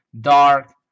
Dark